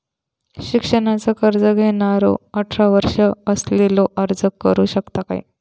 शिक्षणाचा कर्ज घेणारो अठरा वर्ष असलेलो अर्ज करू शकता काय?